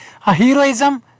heroism